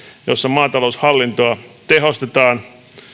jossa maataloushallintoa tehostetaan